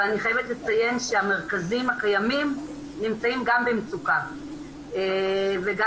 אבל אני חייבת לציין שהמרכזים הקיימים נמצאים גם במצוקה וגם